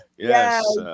yes